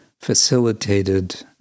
facilitated